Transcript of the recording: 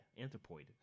Anthropoid